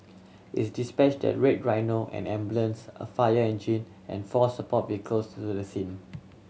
it dispatched a Red Rhino an ambulance a fire engine and four support vehicles to do the scene